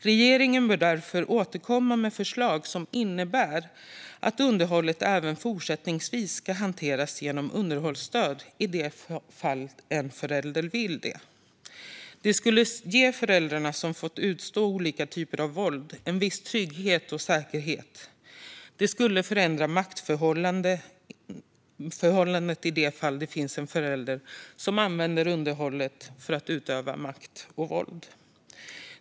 Regeringen bör därför återkomma med förslag som innebär att underhållet även fortsättningsvis ska hanteras som underhållsstöd i de fall en förälder vill det. Det skulle ge de föräldrar som fått utstå olika typer av våld en viss trygghet och säkerhet. Det skulle förändra maktförhållandet i de fall en förälder använder underhållet för att utöva makt och våld.